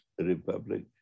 Republic